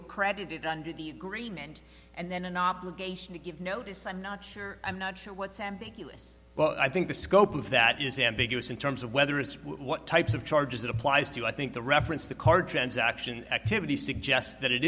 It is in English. or credited under the agreement and then an obligation to give notice i'm not sure i'm not sure what's ambiguous but i think the scope of that is ambiguous in terms of whether it's what types of charges it applies to i think the reference to card transaction activity suggests that it